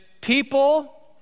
people